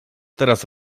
teraz